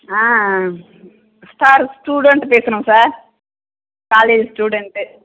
ஆ sir student பேசுகிறோம் sir college student